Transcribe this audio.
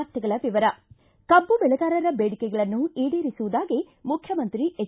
ವಾರ್ತೆಗಳ ವಿವರ ಕಬ್ಬು ಬೆಳೆಗಾರರ ಬೇಡಿಕೆಗಳನ್ನು ಈಡೇರಿಸುವುದಾಗಿ ಮುಖ್ಯಮಂತ್ರಿ ಎಚ್